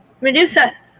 Medusa